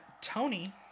Tony